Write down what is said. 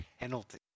penalty